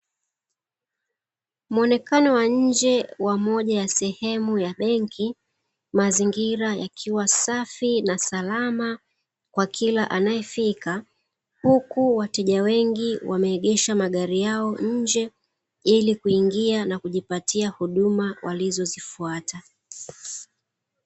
Muonekano wa nje wa moja ya sehemu ya benki, mazingira yakiwa safi na salama kwa kila anayefika, huku wateja wengi wameegesha magari yao nje ili kuingia na kujipatia huduma walizozifuata.